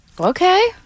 Okay